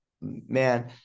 man –